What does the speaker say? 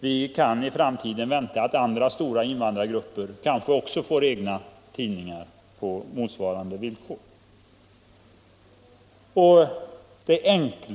Vi kan i framtiden vänta att andra stora invandrargrupper också får egna tidningar.